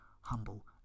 humble